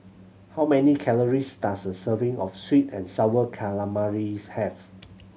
how many calories does a serving of sweet and sour calamaris have